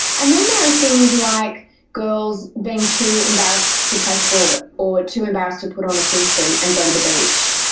and then there are things like girls being too embarrassed to play sport or too embarrassed to put on a swimsuit and go to the beach.